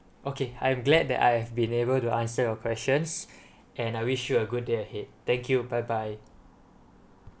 okay I'm glad that I have been able to answer your questions and I wish you a good day ahead thank you bye bye